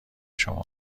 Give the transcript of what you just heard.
شما